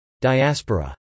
Diaspora